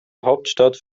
hauptstadt